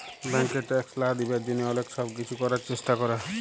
ব্যাংকে ট্যাক্স লা দিবার জ্যনহে অলেক ছব কিছু ক্যরার চেষ্টা ক্যরে